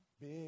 big